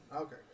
okay